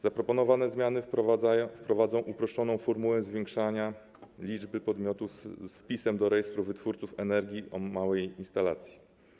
Zaproponowane zmiany wprowadzą uproszczoną formułę zwiększania liczby podmiotów z wpisem do rejestru wytwórców energii w małej instalacji.